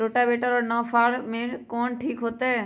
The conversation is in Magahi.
रोटावेटर और नौ फ़ार में कौन ठीक होतै?